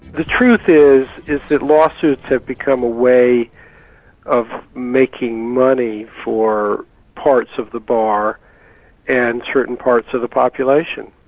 the truth is, is that lawsuits have become a way of making money for parts of the bar and certain parts of the population,